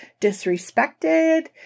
disrespected